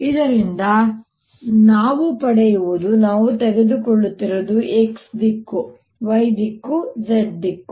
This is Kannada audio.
ಆದ್ದರಿಂದ ಇದರಿಂದ ನಾವು ಪಡೆಯುವುದು ನಾನು ತೆಗೆದುಕೊಳ್ಳುತ್ತಿರುವುದು x ದಿಕ್ಕು y ದಿಕ್ಕು z ದಿಕ್ಕು